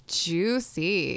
juicy